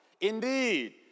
Indeed